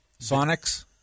Sonics